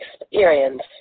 experience